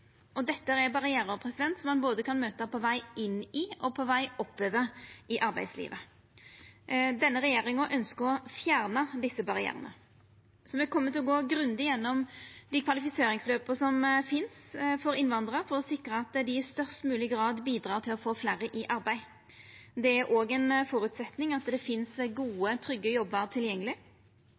er barrierar som ein kan møta både på veg inn i og på veg oppover i arbeidslivet. Denne regjeringa ønskjer å fjerna desse barrierane, så me kjem til å gå grundig gjennom dei kvalifiseringsløpa som finst for innvandrarar, for å sikra at dei i størst mogleg grad bidreg til å få fleire i arbeid. Det er òg ein føresetnad at det finst gode, trygge jobbar tilgjengeleg,